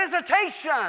visitation